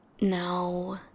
No